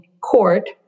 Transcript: court